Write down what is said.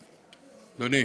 אדוני,